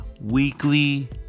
weekly